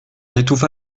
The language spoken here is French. étouffa